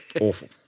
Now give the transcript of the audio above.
awful